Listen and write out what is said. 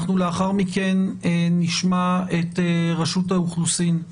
לאחר מכן נשמע את רשות האוכלוסין,